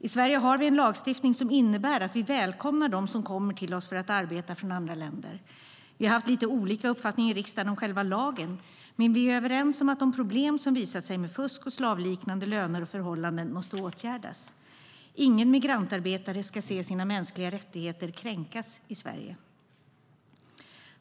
I Sverige har vi en lagstiftning som innebär att vi välkomnar dem som kommer till oss från andra länder för att arbeta. Vi har haft lite olika uppfattning i riksdagen om själva lagen, men vi är överens om att de problem med fusk och slavliknande löner och förhållanden som har visat sig måste åtgärdas. Ingen migrantarbetare ska se sina mänskliga rättigheter kränkas i Sverige.